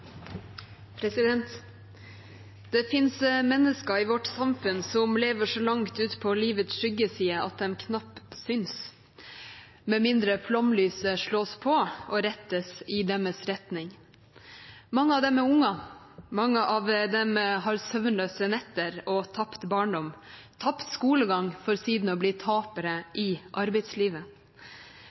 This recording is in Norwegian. Det finnes mennesker i vårt samfunn som lever så langt ute på livets skyggeside at de knapt synes, med mindre flomlyset slås på og rettes i deres retning. Mange av dem er unger, mange av dem har søvnløse netter, tapt barndom, tapt skolegang, for siden å bli tapere i arbeidslivet.